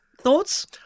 Thoughts